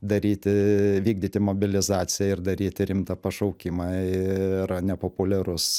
daryti vykdyti mobilizaciją ir daryti rimtą pašaukimą yra nepopuliarus